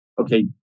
okay